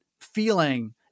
feeling